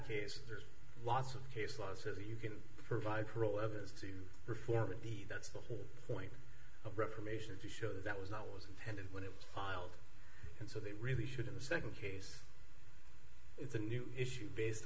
case there's lots of case law says you can provide parole evidence to performant the that's the whole point of reformation to show that was not was intended when it was filed and so they really should in the second case it's a new issue based